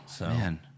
man